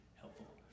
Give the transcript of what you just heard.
helpful